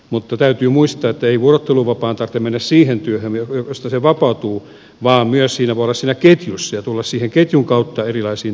mutta täytyy muistaa että ei vuorotteluvapaalla olevan tarvitse mennä siihen työhön josta vapautuu vaan myös siinä ketjussa voi olla ja tulla ketjun kautta erilaisiin työtehtäviin